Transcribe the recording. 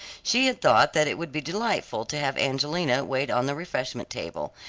she had thought that it would be delightful to have angelina wait on the refreshment table,